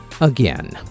again